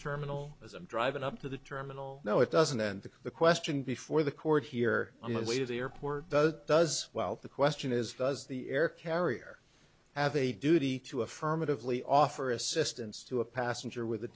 terminal as i'm driving up to the terminal no it doesn't and the question before the court here on the way to the airport does does well the question is does the air carrier have a duty to affirmatively offer assistance to a passenger with a